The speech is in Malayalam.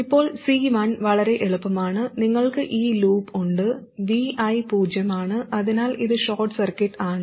ഇപ്പോൾ C1 വളരെ എളുപ്പമാണ് നിങ്ങൾക്ക് ഈ ലൂപ്പ് ഉണ്ട് Vi പൂജ്യമാണ് അതിനാൽ ഇത് ഷോർട്ട് സർക്യൂട്ട് ആണ്